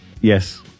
Yes